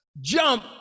jump